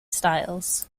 styles